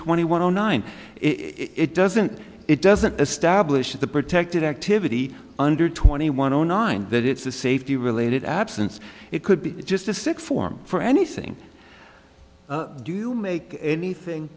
twenty one zero nine it doesn't it doesn't establish the protected activity under twenty one zero nine that it's a safety related absence it could be just a sick form for anything do you make anything